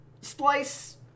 Splice